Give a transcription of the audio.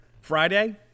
Friday